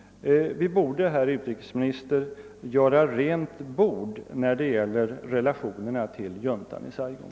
Vi borde, herr utrikesminister, göra rent bord när det gäller relationerna till juntan i Saigon.